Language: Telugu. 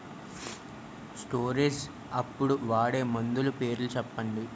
స్టోరేజ్ అప్పుడు వాడే మందులు పేర్లు చెప్పండీ?